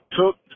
took